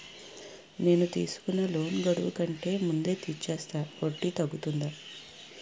నేను తీసుకున్న లోన్ గడువు కంటే ముందే తీర్చేస్తే వడ్డీ తగ్గుతుందా?